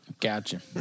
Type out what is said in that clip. Gotcha